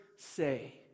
say